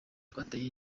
twateye